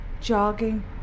jogging